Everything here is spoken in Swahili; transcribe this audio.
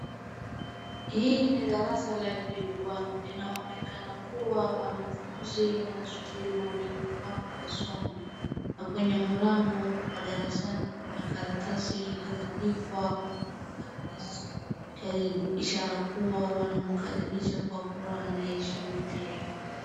Hii ni darasa la grade one .Linaonekana kuwa wanafunzi wanasubiri mwalimu wao la somo, na kwenye mlango wa darasani kuna karatasi iliyoandikwa mwalimu Agnes karibu. Ishara kuwa wanamkaribisha kwa furaha na heshima pia.